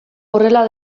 horrela